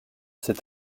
cet